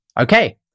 Okay